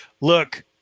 look